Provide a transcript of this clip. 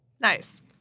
Nice